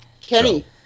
Kenny